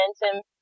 momentum